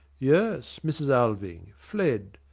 yes, mrs. alving fled,